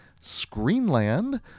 screenland